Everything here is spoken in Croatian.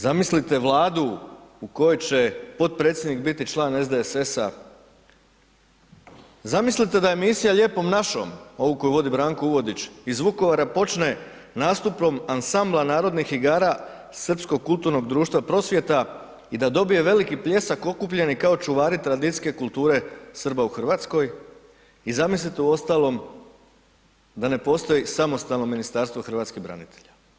Zamislite Vladu u kojoj će potpredsjednik biti član SDSS-a, zamislite da je emisija Lijepom našom, ovu koju vodi Branko Uvodić iz Vukovara počne nastupom Ansambla narodnih igara Srpsko-kulturnog društva Prosvjeta i da dobije veliki pljesak okupljenih kao čuvari tradicijske kulture Srba u Hrvatskoj i zamislite, uostalom,, da ne postoji samostalno Ministarstvo hrvatskih branitelja.